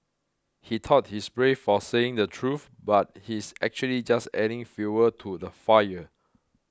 he thought he's brave for saying the truth but he's actually just adding fuel to the fire